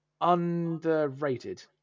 underrated